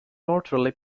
northerly